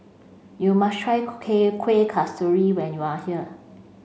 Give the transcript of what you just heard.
you must try Kueh Kasturi when you are here